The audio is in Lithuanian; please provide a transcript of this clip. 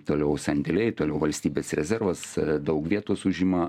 toliau sandėliai toliau valstybės rezervas daug vietos užima